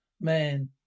Man